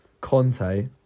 Conte